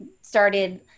started